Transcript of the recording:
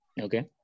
Okay